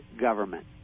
government